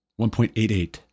1.88